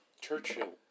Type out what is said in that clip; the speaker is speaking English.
Churchill